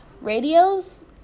radios